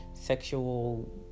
sexual